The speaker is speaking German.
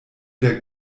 der